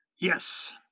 yes